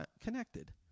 connected